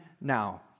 now